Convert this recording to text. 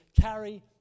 carry